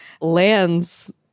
lands